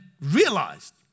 realized